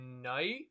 night